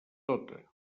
tota